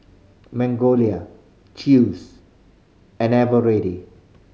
Magnolia Chew's and Eveready